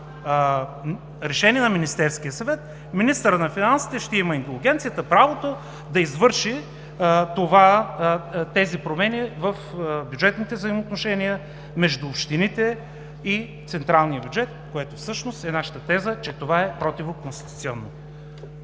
решение на Министерския съвет, министърът на финансите ще има индулгенцията, правото да извърши тези промени в бюджетните взаимоотношения между общините и централния бюджет, което всъщност е тезата ни, че това е противоконституционно.